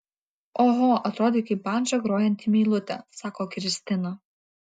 oho atrodai kaip bandža grojanti meilutė sako kristina